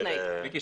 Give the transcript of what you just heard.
מיקי,